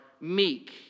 meek